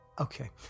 Okay